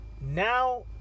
Now